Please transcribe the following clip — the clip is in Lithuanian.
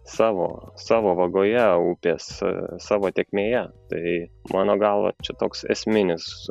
savo savo vagoje upės savo tėkmėje tai mano galva čia toks esminis